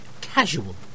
Casual